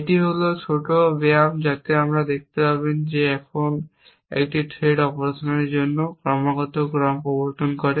এটি হল ছোট ব্যায়াম যাতে আপনি দেখতে পারেন যে এখন আপনি একটি থ্রেড অপসারণের জন্য ক্রমাগত ক্রম প্রবর্তন করে